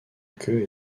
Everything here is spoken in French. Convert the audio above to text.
queue